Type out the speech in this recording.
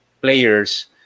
players